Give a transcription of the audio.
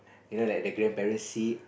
you know that the grandparents see